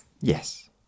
Yes